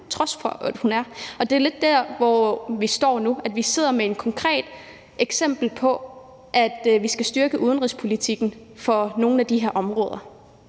inuk, selv om hun er det. Det er lidt der, vi står nu. Vi står med et konkret eksempel på, at vi skal styrke udenrigspolitikken på nogle af de her områder.